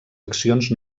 accions